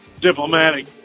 diplomatic